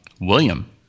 William